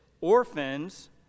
orphans